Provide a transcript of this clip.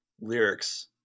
lyrics